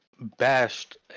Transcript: bashed